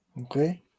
Okay